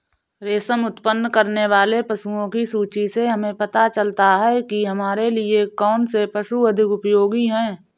रेशम उत्पन्न करने वाले पशुओं की सूची से हमें पता चलता है कि हमारे लिए कौन से पशु अधिक उपयोगी हैं